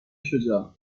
شجاع